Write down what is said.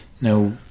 now